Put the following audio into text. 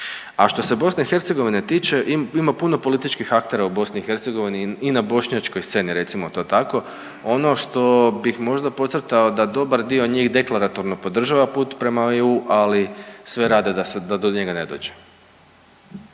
A što se BiH tiče, ima puno političkih aktera u BiH i na bošnjačkoj sceni recimo to tako. Ono što bih možda podcrtao da dobar dio njih deklaratorno podržava put prema EU, ali sve rade da do njega ne dođe.